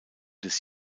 des